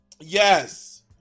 yes